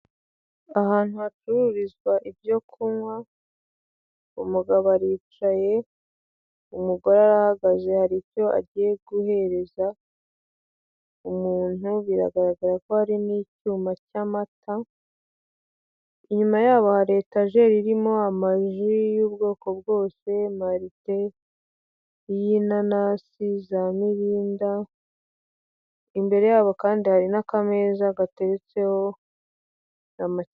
Ahantu hacururizwa ibyo kunywa, umugabo aricaye umugore arahagaze hari icyo agiye guhereza umuntu, biragaragara ko hari n'icyuma cy'amata. Inyuma yabo hari etajeri irimo amaji y'ubwoko bwose; marite, iy'inanasi, za mirinda. Imbere yabo kandi hari n'akameza gateretseho na make.